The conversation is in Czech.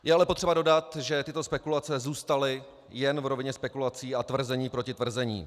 Je ale potřeba dodat, že tyto spekulace zůstaly jen v rovině spekulací a tvrzení proti tvrzení.